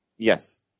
Yes